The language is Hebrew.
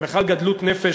זאת בכלל גדלות נפש,